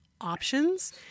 options